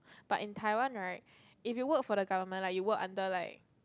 but in Taiwan right if you work for the government like you work under like